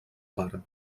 pare